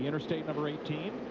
and instate number eighteen.